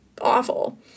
awful